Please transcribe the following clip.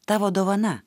tavo dovana